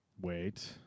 Wait